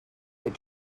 that